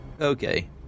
Okay